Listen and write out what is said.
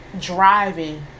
driving